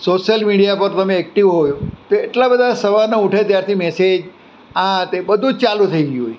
social media પર તમે active હોય તો એટલા બધા સવારના ઉઠયા ત્યારથી મેસેજ આ તે બધું જ ચાલું થઈ ગયું હોય